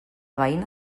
veïna